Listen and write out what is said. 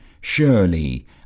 surely